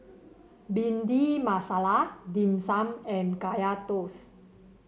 Bhindi Masala Dim Sum and Kaya Toast